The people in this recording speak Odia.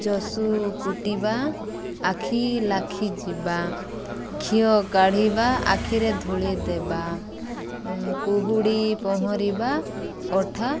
ଚଷୁ କୁଟିବା ଆଖି ଲାଖି ଯିବା କିଅ କାଢ଼ିବା ଆଖିରେ ଧୂଳି ଦେବା କୁହୁଡ଼ି ପହଁରିବା ଅଠା